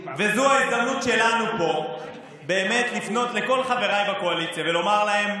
וזו ההזדמנות שלנו פה באמת לפנות לכל חבריי בקואליציה ולומר להם: